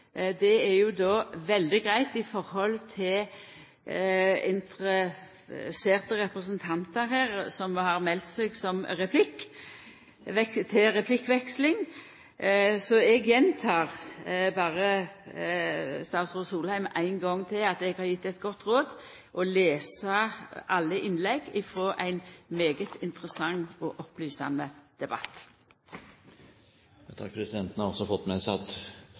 Det er veldig greitt – for interesserte representantar som har meldt seg til replikkveksling, så eg gjentek berre til statsråd Erik Solheim ein gong til, at eg vil gje eit godt råd om å lesa alle innlegga frå ein særs interessant og opplysande debatt. Presidenten har også fått